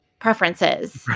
Preferences